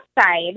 side